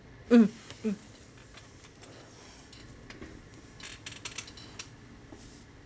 mm mm